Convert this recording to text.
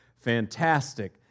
fantastic